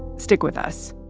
stick with us